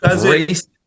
race